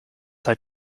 seit